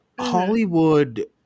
hollywood